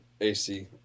AC